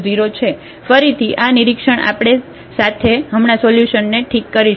ફરીથી આ નિરીક્ષણ સાથે આપણે હમણાં સોલ્યુશનને ઠીક કરીશું